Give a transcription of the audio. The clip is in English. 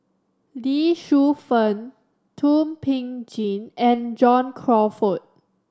Lee Shu Fen Thum Ping Tjin and John Crawfurd